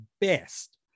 best